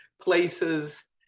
places